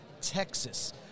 Texas